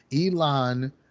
Elon